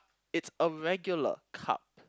it's a regular cup